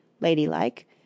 ladylike